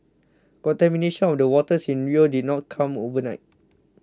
contamination of the waters in Rio did not come overnight